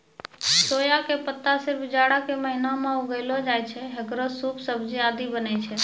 सोया के पत्ता सिर्फ जाड़ा के महीना मॅ उगैलो जाय छै, हेकरो सूप, सब्जी आदि बनै छै